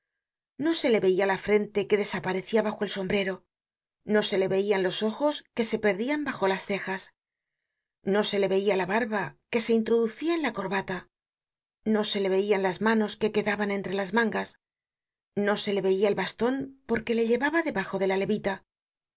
no se le veia la frente que desaparecia bajo el sombrero no se le veian los ojos que se perdian bajo las cejas no se le veia la barba que se introducia en la corbata no se le veian las manos que quedaban entre las mangas no se le veia el baston porque le llevaba debajo de la levita